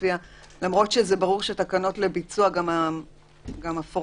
למרות שברור שתקנות לביצוע גם הפורמט